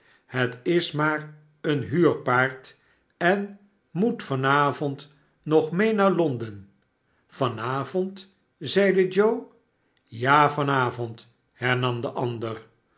het is maar een huurpaard en moet van avond nog mee naar londen van avond zeide joe ja van avond hernam de ander